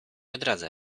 odradza